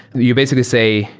you basically say,